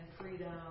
freedom